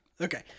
Okay